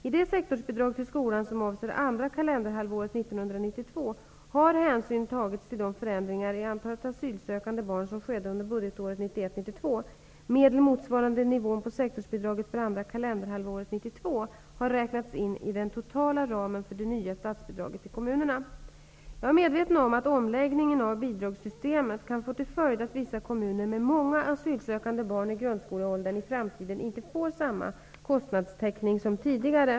I det sektorsbidrag till skolan som avser andra kalenderhalvåret 1992 har hänsyn tagits till de förändringar i antalet asylsökande barn som skedde under budgetåret Jag är medveten om att omläggningen av bidragssystemet kan få till följd att vissa kommuner med många asylsökande barn i grundskoleåldern i framtiden inte får samma kostnadstäckning som tidigare.